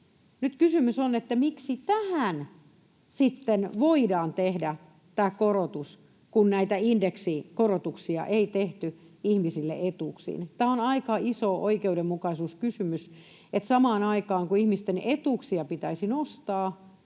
kysymys kuuluu, miksi tähän sitten voidaan tehdä tämä korotus, kun näitä indeksikorotuksia ei tehty ihmisille etuuksiin. Tämä on aika iso oikeudenmukaisuuskysymys, että samaan aikaan, kun ihmisten etuuksia pitäisi nostaa